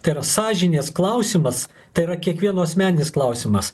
tai yra sąžinės klausimas tai yra kiekvieno asmeninis klausimas